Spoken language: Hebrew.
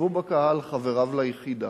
ישבו בקהל חבריו ליחידה,